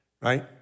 right